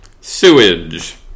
sewage